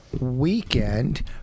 weekend